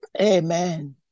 Amen